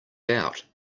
out